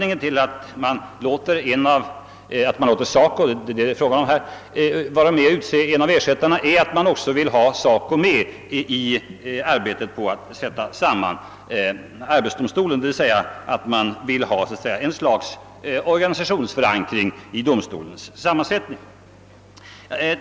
Jag förmodar att anledningen till att man låter SACO vara med om att utse en ersättare är att man vill ha en bättre organisationsförankring på tjänstemannasidan.